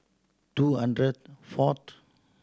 two hundred fourth